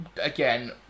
Again